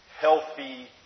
healthy